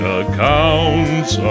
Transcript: account's